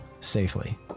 safely